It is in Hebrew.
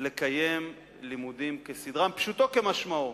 לקיים לימודים כסדרם, פשוטו כמשמעו.